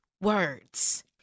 words